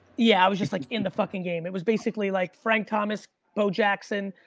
yeah, i was just like in the fucking game, it was basically like frank thomas, bo jackson,